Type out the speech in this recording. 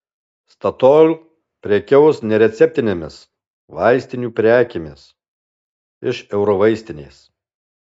statoil prekiaus nereceptinėmis vaistinių prekėmis iš eurovaistinės